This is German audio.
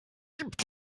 gibt